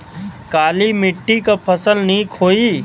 काली मिट्टी क फसल नीक होई?